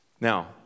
Now